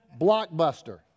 Blockbuster